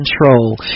control